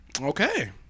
Okay